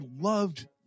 loved